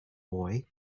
boy